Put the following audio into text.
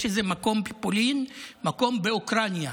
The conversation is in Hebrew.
יש מקום בפולין, מקום באוקראינה.